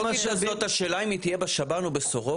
האונקולוגית הזאת השאלה אם היא תהיה בשב"ן או בסורוקה,